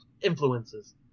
influences